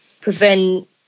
prevent